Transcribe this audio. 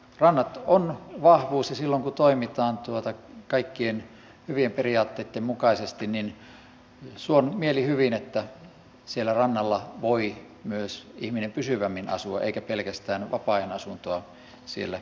rannat ovat vahvuus ja silloin kun toimitaan kaikkien hyvien periaatteitten mukaisesti suon mielihyvin että siellä rannalla voi myös ihminen pysyvämmin asua eikä pelkästään vapaa ajanasuntoa siellä pitää